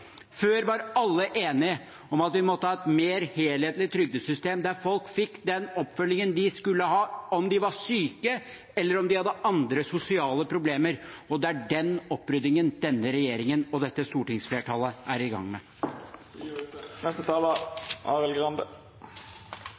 Før var alle enige om at vi måtte ha et mer helhetlig trygdesystem der folk fikk den oppfølgingen de skulle ha, om de var syke, eller om de hadde andre sosiale problemer. Det er den oppryddingen denne regjeringen og dette stortingsflertallet er i gang med.